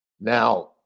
Now